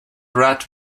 rat